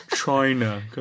China